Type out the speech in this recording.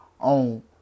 On